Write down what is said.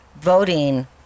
voting